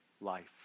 life